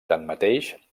tanmateix